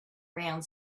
around